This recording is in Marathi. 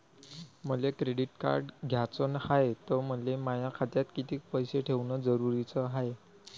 मले क्रेडिट कार्ड घ्याचं हाय, त मले माया खात्यात कितीक पैसे ठेवणं जरुरीच हाय?